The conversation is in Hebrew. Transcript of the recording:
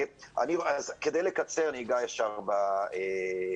כדי לקצר, אני אגע ישר בעיקר.